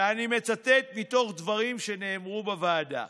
ואני מצטט מתוך דברים שנאמרו בוועדה: